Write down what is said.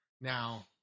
Now